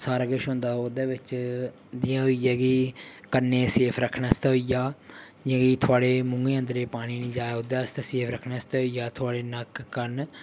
सारा किश होंदा ओह्दे बिच्च जि'यां होई गेआ कि कन्नें गी सेफ रक्खने आस्तै होई गेआ जि'यां कि थुआढ़े मुहैं अंदरै पानी नी जा ओह्दे आस्तै सेफ रक्खने आस्तै होई गेआ थुआढ़े नक्क कन्न